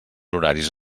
horaris